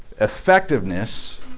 effectiveness